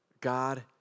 God